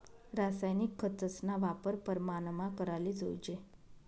रासायनिक खतस्ना वापर परमानमा कराले जोयजे